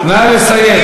חבר הכנסת אראל,